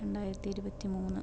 രണ്ടായിരത്തി ഇരുപത്തി മൂന്ന്